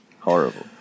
horrible